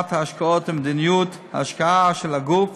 ההשקעות למדיניות ההשקעה של הגוף,